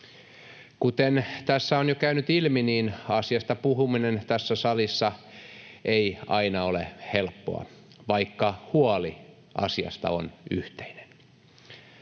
Kuten tässä on jo käynyt ilmi, niin asiasta puhuminen tässä salissa ei aina ole helppoa, vaikka huoli asiasta on yhteinen.